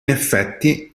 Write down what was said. effetti